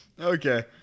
okay